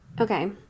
Okay